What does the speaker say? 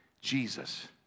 Jesus